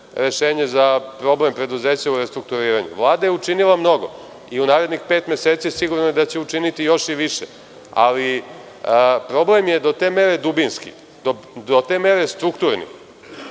za problem preduzeća u restrukturiranju? Vlada je učinila mnogo i u narednih pet meseci sigurno je da će učiniti još više, ali problem je do te mere dubinski, do te mere strukturni,